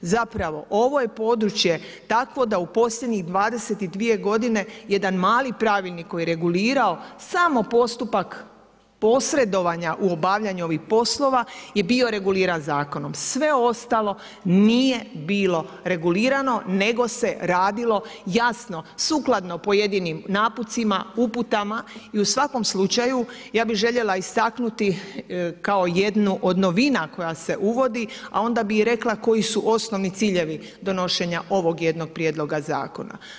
Zapravo ovo je područje, tako da u posljednjih 22 g. jedan mali pravilnik koji je regulirao samo postupak posredovanja u obavljanju ovih poslova, je bio reguliran zakonom, sve ostalo nije bilo regulirano, nego se radilo, jasno sukladno pojedinim napucima, u putama i u svakom slučaju, ja bi željela istaknuti kao jednu od novina koja se uvodi, a onda bi rekla koji su osnovni ciljevi donošenja ovoga jednog prijedloga zakona.